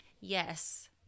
Yes